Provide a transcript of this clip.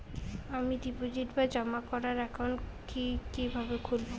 আমি ডিপোজিট বা জমা করার একাউন্ট কি কিভাবে খুলবো?